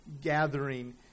gathering